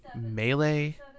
melee